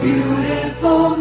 Beautiful